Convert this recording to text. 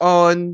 on